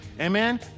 Amen